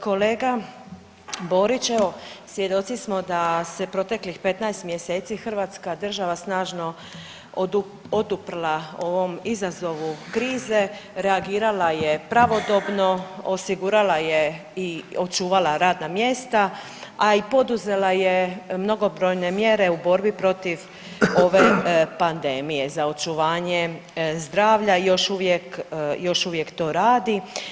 Kolega Borić, evo svjedoci smo da se proteklih 15 mjeseci Hrvatska država snažno oduprla ovom izazovu krize, reagirala je pravodobno, osigurala je i očuvala radna mjesta, a i poduzela je mnogobrojne mjere u borbi protiv ove pandemije za očuvanje zdravlja i još uvijek, još uvijek to radi.